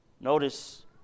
Notice